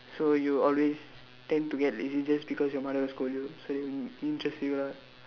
so you always tend to get lazy just because your mother will scold so you so it interests you lah